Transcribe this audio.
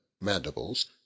mandibles